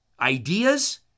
Ideas